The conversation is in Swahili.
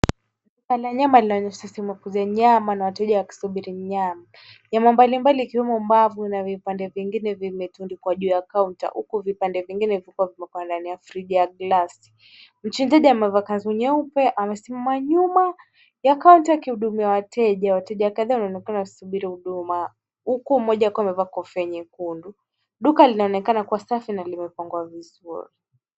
Duka la nyama linaonyesha sehemu ya kuuza nyama na wateja wakisubiri nyama. Nyama mbalimbali ikiwemo mbavu na vipande vingine vimetundikwa juu ya kaunta huku vipande vingine viko vilivyokuwa ndani ya friji ya glasi. Mchinjaji amevaa kanzu nyeupe, amesimama nyuma ya kaunta, akihudumia wateja. Wateja kadhaa wanaonekana wanasubiri huduma, huku mmoja akiwa amevaa kofia nyekundu. Duka linaonekana kuwa safi na limepangwa vizuri.